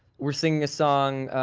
we're singing a song,